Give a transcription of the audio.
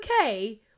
okay